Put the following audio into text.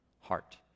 heart